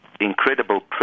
incredible